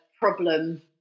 problem